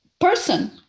person